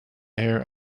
air